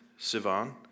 Sivan